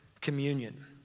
communion